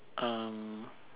um